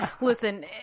Listen